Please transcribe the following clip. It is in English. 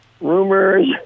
rumors